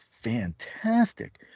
fantastic